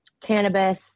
cannabis